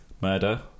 murder